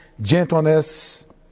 Gentleness